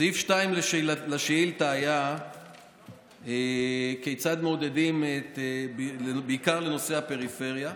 סעיף 2 לשאילתה היה בעיקר בנושא הפריפריה.